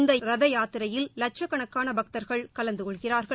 இந்தரதயாத்திரையில் லட்சக்கணக்கானபக்தர்கள் கலந்தகொள்கிறார்கள்